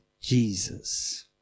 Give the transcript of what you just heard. Jesus